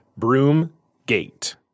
Broomgate